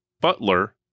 butler